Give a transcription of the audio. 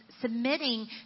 submitting